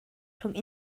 rhwng